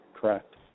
Correct